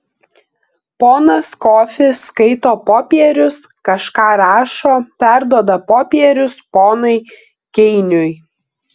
ponas kofis skaito popierius kažką rašo perduoda popierius ponui keiniui